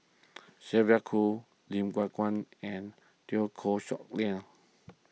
Sylvia Kho Lim Yew Kuan and Teo Koh Sock Miang